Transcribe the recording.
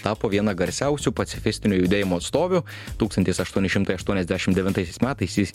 tapo viena garsiausių pacifistinio judėjimo atstovių tūkstantis aštuoni šimtai aštuoniasdešimt devintaisiais metais jis